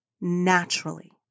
naturally